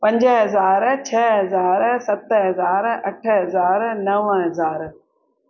पंज हज़ार छह हज़ार सत हज़ार अठ हज़ार नव हज़ार